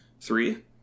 Three